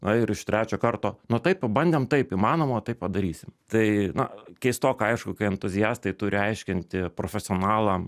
na ir iš trečio karto nu taip pabandėm taip įmanoma taip padarysim tai na keistoka aišku kai entuziastai turi aiškinti profesionalam